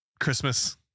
Christmas